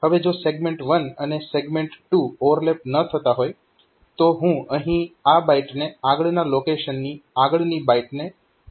હવે જો સેગમેન્ટ 1 અને સેગમેન્ટ 2 ઓવરલેપ ન થતા હોય તો હું અહીં આ બાઈટને આગળના લોકેશનની આગળની બાઈટને અહીં કોપી કરી શકું છું